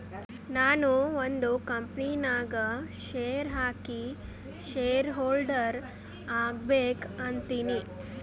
ನಾನು ಒಂದ್ ಕಂಪನಿ ನಾಗ್ ಶೇರ್ ಹಾಕಿ ಶೇರ್ ಹೋಲ್ಡರ್ ಆಗ್ಬೇಕ ಅಂತೀನಿ